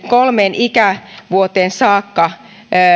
kolmeen ikävuoteen saakka